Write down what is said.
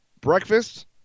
breakfast